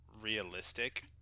realistic